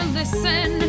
listen